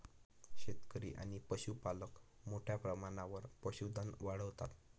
शेतकरी आणि पशुपालक मोठ्या प्रमाणावर पशुधन वाढवतात